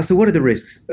so what are the risks?